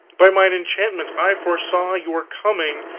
by mine enchantments i foresaw your coming,